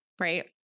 right